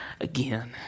again